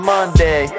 Monday